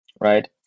right